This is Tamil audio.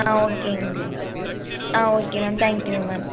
ஆ ஓகேங்க மேம் ஆ okay ma'am thank you ma'am